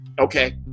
Okay